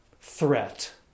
threat